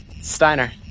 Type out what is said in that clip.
Steiner